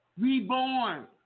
reborn